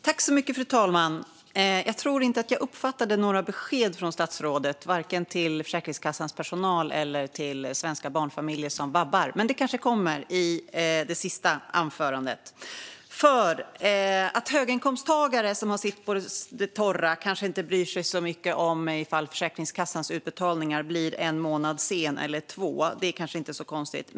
Fru talman! Jag tror inte att jag uppfattade några besked från statsrådet, varken till Försäkringskassans personal eller till svenska föräldrar som vabbar. Men det kanske kommer i det sista anförandet. Att höginkomsttagare som har sitt på det torra inte bryr sig särskilt mycket ifall Försäkringskassans utbetalningar blir försenade med en månad eller två är kanske inte konstigt.